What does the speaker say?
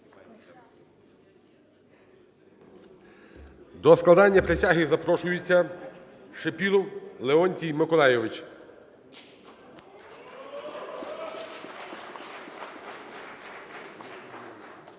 До складання присяги запрошується Шипілов Леонтій Миколайович.